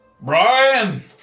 Brian